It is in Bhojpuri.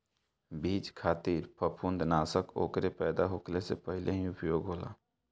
बीज खातिर फंफूदनाशक ओकरे पैदा होखले से पहिले ही उपयोग होला